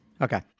Okay